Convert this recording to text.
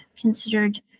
considered